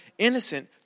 innocent